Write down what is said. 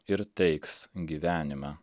ir teiks gyvenimą